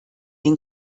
den